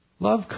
Love